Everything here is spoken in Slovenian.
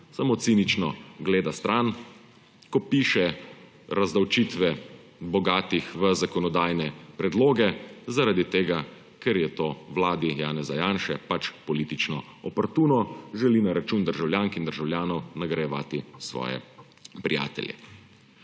samo cinično gleda stran, ko piše razdavčitve bogatih v zakonodajne predloge, zaradi tega ker je to vladi Janeza Janše pač politično oportuno, želi na račun državljank in državljanov nagrajevati svoje prijatelje. Kot